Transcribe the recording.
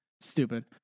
Stupid